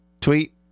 Tweet